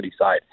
side